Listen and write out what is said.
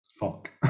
fuck